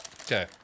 Okay